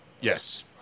Yes